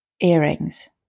earrings